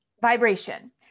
vibration